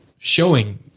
showing